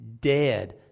dead